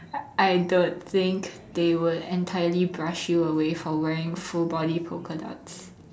I don't think they would entirely brush you away for wearing full body polka dots